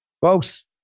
Folks